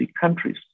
countries